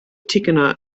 tichenor